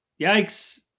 Yikes